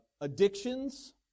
addictions